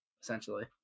Essentially